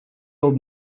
old